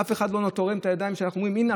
ואף אחד לא תורם את הידיים כשאנחנו אומרים: הינה,